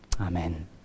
Amen